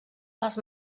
les